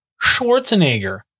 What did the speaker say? Schwarzenegger